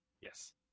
Yes